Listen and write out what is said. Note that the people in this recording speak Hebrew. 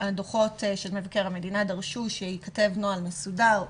הדוחות של מבקר המדינה דרשו שייכתב נוהל מסודר,